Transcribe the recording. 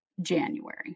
January